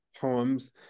poems